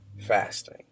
fasting